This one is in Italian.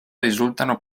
risultano